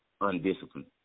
undisciplined